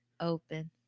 open